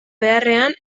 beharrean